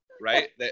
right